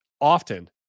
often